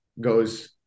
goes